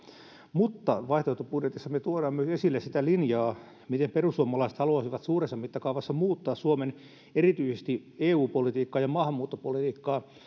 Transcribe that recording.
mutta vaihtoehtobudjetissa me tuomme myös esille sitä linjaa miten perussuomalaiset haluaisivat suuressa mittakaavassa muuttaa erityisesti suomen eu politiikkaa ja maahanmuuttopolitiikkaa